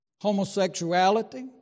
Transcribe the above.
homosexuality